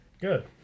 good